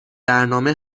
برنامه